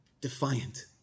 Defiant